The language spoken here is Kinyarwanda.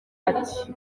ati